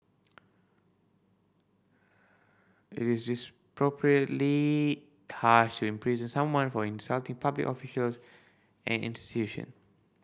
it is harsh to imprison someone for insulting public officials and institution